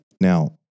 Now